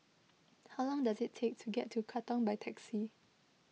how long does it take to get to Katong by taxi